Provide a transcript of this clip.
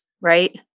right